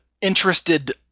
interested